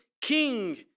king